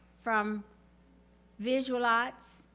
from visual arts.